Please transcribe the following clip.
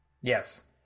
Yes